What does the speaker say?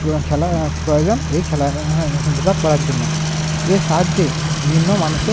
পুরো খেলা প্রয়োজন এই খেলাধুলা করার জন্য এর সাহায্যে বিভিন্ন মানুষের